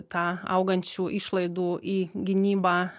tą augančių išlaidų į gynybą